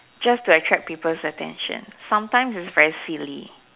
just to attract people's attention sometimes its very silly